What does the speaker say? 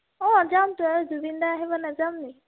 অঁ যামতো আৰু জুবিন দা আহিব নাযাম নি